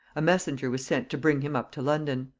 a messenger was sent to bring him up to london.